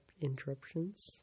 interruptions